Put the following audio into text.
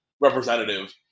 representative